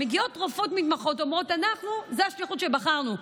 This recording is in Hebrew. מגיעות רופאות מתמחות ואומרות: זו השליחות שבחרנו,